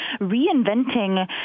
reinventing